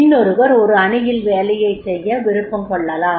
இன்னொருவர் ஒரு அணியில் வேலையைச் செய்ய விருப்பம் கொள்ளலாம்